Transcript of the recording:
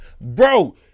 Bro